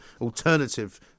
alternative